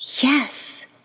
Yes